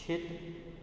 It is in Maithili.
क्षेत्र